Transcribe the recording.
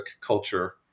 culture